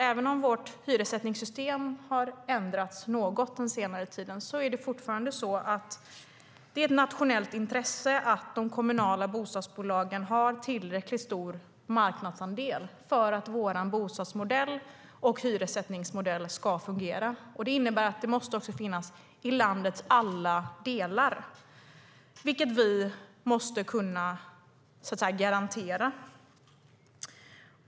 Även om vårt hyressättningssystem har ändrats något under den senaste tiden är det fortfarande ett nationellt intresse att de kommunala bostadsbolagen har tillräckligt stor marknadsandel för att vår bostadsmodell och hyressättningsmodell ska fungera. Det innebär att detta måste finnas i landets alla delar, vilket vi måste kunna, så att säga, garantera.